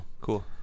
Cool